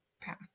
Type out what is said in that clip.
path